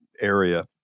area